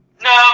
No